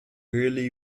really